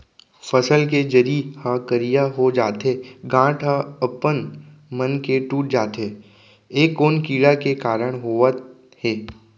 फसल के जरी ह करिया हो जाथे, गांठ ह अपनमन के टूट जाथे ए कोन कीड़ा के कारण होवत हे?